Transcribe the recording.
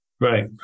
Right